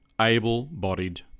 able-bodied